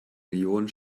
millionen